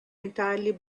entirely